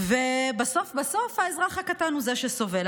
ובסוף בסוף האזרח הקטן הוא זה שסובל.